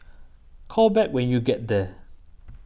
call back when you get there